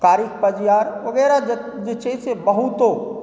कारुख पजिआर वगैरह जे छै से बहुतो